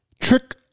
trick